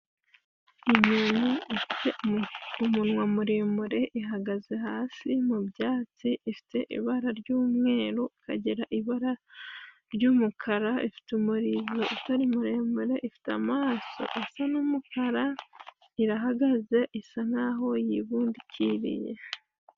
Inyoni ifite umunwa muremure ihagaze hasi mu byatsi ifite ibara ry'umweru, ikagira ibara ry'umukara, ifite umurizo utari muremure, ifite amaso asa n'umukara, irahagaze isa nkaho yibundikiriye.